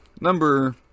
number